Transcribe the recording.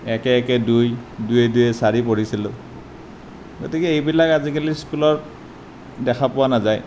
একে একে দুই দুইয়ে দুইয়ে চাৰি পঢ়িছিলোঁ গতিকে এইবিলাক আজিকালিৰ স্কুলত দেখা পোৱা নাযায়